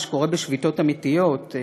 מה שקורה בשביתות אמיתיות,